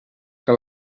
que